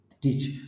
teach